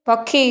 ପକ୍ଷୀ